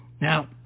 Now